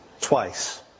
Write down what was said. Twice